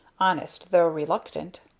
honest though reluctant.